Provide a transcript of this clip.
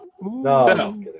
No